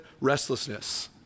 restlessness